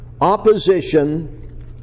opposition